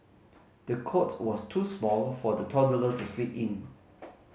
the cot was too small for the toddler to sleep in